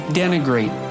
denigrate